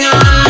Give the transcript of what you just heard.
on